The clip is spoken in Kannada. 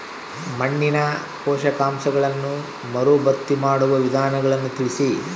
ಮಣ್ಣಿನ ಪೋಷಕಾಂಶಗಳನ್ನು ಮರುಭರ್ತಿ ಮಾಡುವ ವಿಧಾನಗಳನ್ನು ತಿಳಿಸಿ?